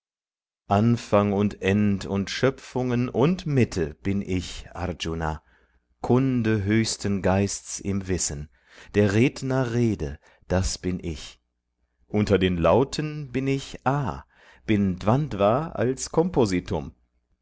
anfang und end der schöpfungen und mitte bin ich arjuna kunde höchsten geists im wissen der redner rede das bin ich unter den lauten bin ich a bin dvandva als compositum